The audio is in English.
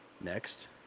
next